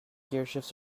gearshifts